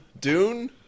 Dune